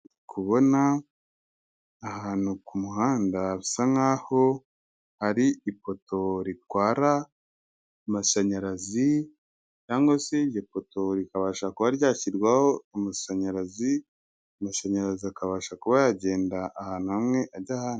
Kubona ahantu ku muhanda bisa nkaho hari ipoto ritwara amashanyarazi, cyangwa se iryo poto rikabasha kuba ryashyirwaho amashanyarazi; amashanyarazi akabasha kuba yagenda ahantu hamwe ajya ahandi.